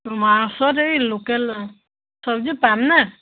তোমাৰ ওচৰত এই লোকেল চব্জি পামনে